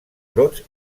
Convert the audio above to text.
brots